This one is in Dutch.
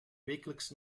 wekelijks